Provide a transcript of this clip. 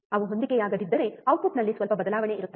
ಅವು ಹೊಂದಿಕೆಯಾಗದಿದ್ದರೆ ಔಟ್ಪುಟ್ನಲ್ಲಿ ಸ್ವಲ್ಪ ಬದಲಾವಣೆ ಇರುತ್ತದೆ